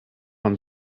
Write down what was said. man